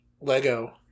Lego